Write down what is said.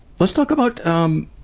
let's talk about, um,